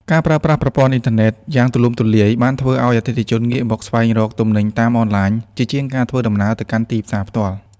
ការប្រើប្រាស់ប្រព័ន្ធអ៊ីនធឺណិតយ៉ាងទូលំទូលាយបានធ្វើឱ្យអតិថិជនងាកមកស្វែងរកទំនិញតាមអនឡាញ ជាជាងការធ្វើដំណើរទៅកាន់ទីផ្សារផ្ទាល់។